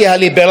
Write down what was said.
תודה.